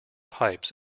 pipes